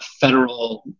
federal